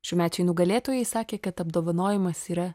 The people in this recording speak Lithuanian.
šiųmečiai nugalėtojai sakė kad apdovanojimas yra